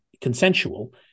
consensual